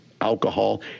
alcohol